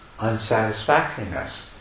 unsatisfactoriness